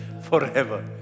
forever